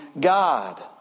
God